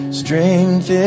strength